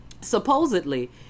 Supposedly